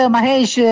Mahesh